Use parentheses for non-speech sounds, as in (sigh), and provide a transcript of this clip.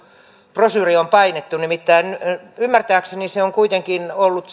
brosyyri on painettu nimittäin ymmärtääkseni se on kuitenkin ollut (unintelligible)